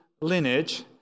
lineage